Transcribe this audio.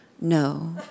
no